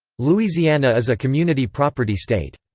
louisiana is a community property state.